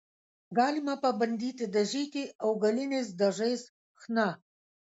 galima pabandyti dažyti augaliniais dažais chna